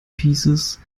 pieces